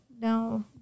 No